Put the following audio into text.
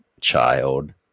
child